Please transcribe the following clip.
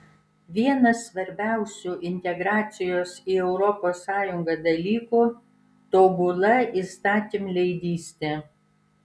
vienas svarbiausių integracijos į europos sąjungą dalykų tobula įstatymleidystė